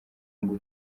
ngo